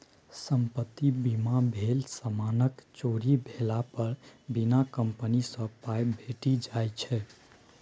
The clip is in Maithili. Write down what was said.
संपत्ति बीमा भेल समानक चोरी भेला पर बीमा कंपनी सँ पाइ भेटि जाइ छै